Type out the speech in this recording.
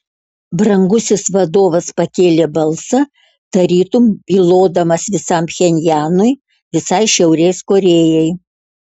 brangusis vadovas pakėlė balsą tarytum bylodamas visam pchenjanui visai šiaurės korėjai